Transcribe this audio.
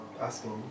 asking